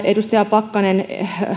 edustaja pakkanen